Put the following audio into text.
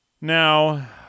Now